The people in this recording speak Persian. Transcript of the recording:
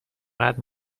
قدر